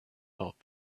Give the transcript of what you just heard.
thought